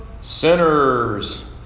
sinners